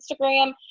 Instagram